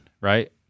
right